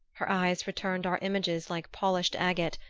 her eyes returned our images like polished agate,